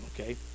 okay